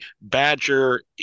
badger